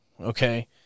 okay